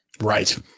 Right